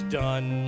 done